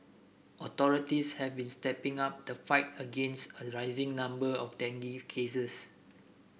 authorities have been stepping up the fight against a rising number of dengue cases